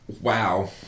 wow